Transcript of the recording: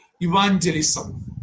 Evangelism